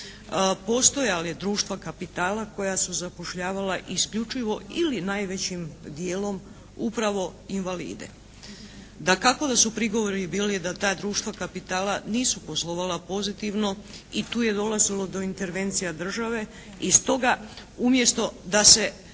postojalo društvo kapitala koja su zapošljavala isključivo ili najvećim dijelom upravo invalide. Dakako da su prigovori bili da ta društva kapitala nisu poslovala pozitivno i tu je dolazilo do intervencija države. I stoga umjesto da se